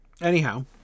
Anyhow